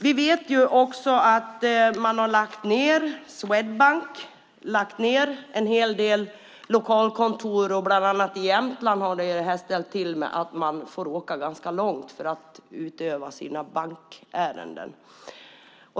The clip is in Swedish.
Vi vet också att Swedbank har lagt ned en hel del lokalkontor. Bland annat i Jämtland har detta gjort att man får åka ganska långt för att uträtta sina bankärenden.